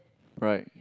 right